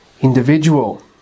individual